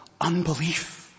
Unbelief